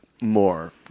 more